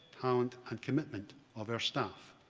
talent and commitment of our staff.